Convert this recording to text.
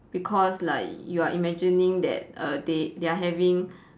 because like you are imagining that err they they are having